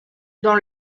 dans